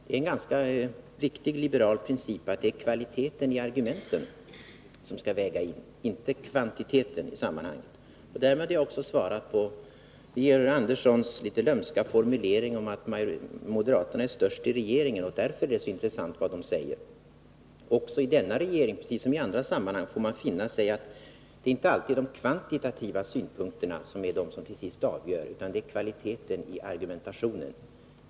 Det är en ganska viktig liberal princip att det är kvaliteten i argumenten som skall väga tyngst, inte kvantiteten i sammanhanget. Därmed har jag också svarat på Georg Anderssons litet lömska formulering om att moderaterna är största partiet i regeringen och att det därför är så intressant vad de säger. Också i denna regering, precis som i andra sammanhang, får man finna sig i att det inte alltid är de kvantitativa synpunkterna som är de som till sist avgör, utan att det är kvaliteten i argumentationen.